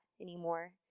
anymore